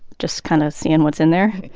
just kind of seeing what's in there?